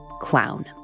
clown